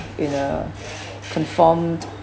in a conformed